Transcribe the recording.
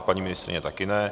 Paní ministryně také ne.